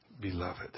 beloved